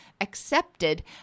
accepted